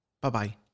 Bye-bye